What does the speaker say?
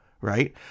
right